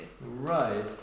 Right